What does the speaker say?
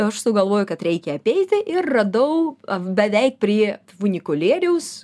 aš sugalvojau kad reikia apeiti ir radau beveik prie funikulieriaus